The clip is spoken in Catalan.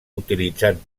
utilitzant